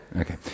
okay